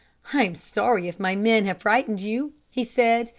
i am sorry if my men have frightened you, he said.